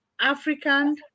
African